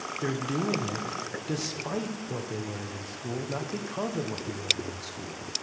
they're doing it despite what they learned in school, not because of what they learned in school.